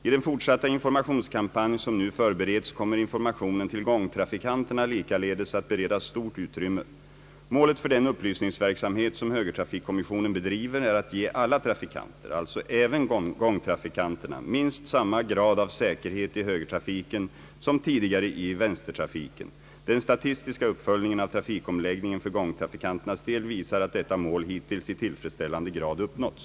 I den fortsatta informationskampanj som nu för bereds kommer informationen till gångtrafikanterna likaledes att beredas stort utrymme. Målet för den upplysningsverksamhet som högertrafikkommissionen bedriver är att ge alla trafikanter — alltså även gångtrafikanterna — minst samma grad av säkerhet i högertrafiken som tidigare i vänstertrafiken. Den statistiska uppföljningen av trafikomläggningen för gångtrafikanternas del visar att detta mål hittills i tillfredsställande grad uppnåtts.